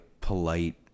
polite